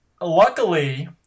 Luckily